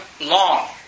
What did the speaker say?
long